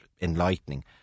enlightening